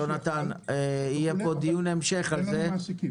יונתן, יהיה פה דיון המשך על זה.